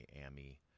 Miami